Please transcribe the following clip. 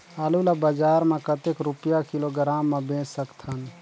आलू ला बजार मां कतेक रुपिया किलोग्राम म बेच सकथन?